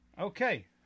Okay